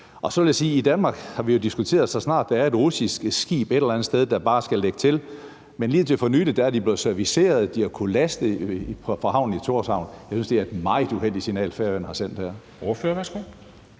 Så vil jeg sige, at vi i Danmark har diskuteret det, så snart der er et russisk skib et eller andet sted, der bare skal lægge til. Men lige indtil for nylig er de blevet serviceret, og de har kunnet lastet fra havnen i Thorshavn. Jeg synes, at det er et meget uheldigt signal, Færøerne har sendt her. Kl.